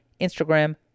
Instagram